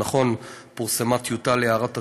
נכון, פורסמה טיוטה להערות הציבור,